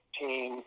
team